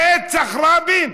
רצח רבין?